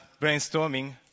brainstorming